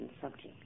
subject